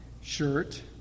shirt